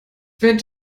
während